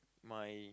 my